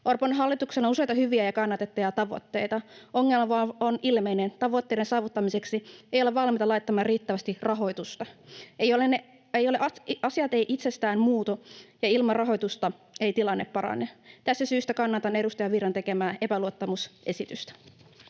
Orpon hallituksella on useita hyviä ja kannatettavia tavoitteita. Ongelma vain on ilmeinen: tavoitteiden saavuttamiseksi ei olla valmiita laittamaan riittävästi rahoitusta. Asiat eivät itsestään muutu, ja ilman rahoitusta ei tilanne parane. Tästä syystä kannatan edustaja Virran tekemää epäluottamusesitystä.